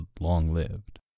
long-lived